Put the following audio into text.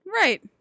Right